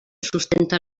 sustenta